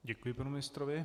Děkuji panu ministrovi.